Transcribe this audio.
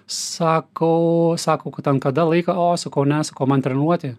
sakau sako kad ten kada laiką o sakau ne sakau man treniruotė